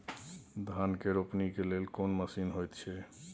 धान के रोपनी के लेल कोन मसीन होयत छै?